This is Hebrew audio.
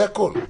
זה הכול.